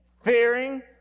fearing